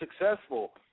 successful